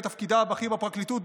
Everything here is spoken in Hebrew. בתפקידה הבכיר בפרקליטות,